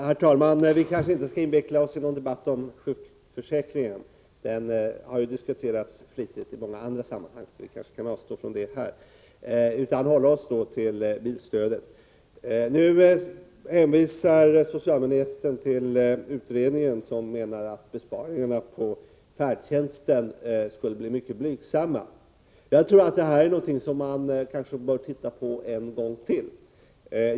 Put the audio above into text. Herr talman! Vi kanske inte skall inveckla oss i en debatt om sjukförsäkringen. Den frågan har diskuterats flitigt i många andra sammanhang, så vi kan kanske avstå från det och i stället hålla oss till bilstödet. Socialministern hänvisar nu till en utredning, i vilken man menar att besparingarna på färdtjänsten skulle bli mycket blygsamma. Jag tror att man bör studera det här en gång till.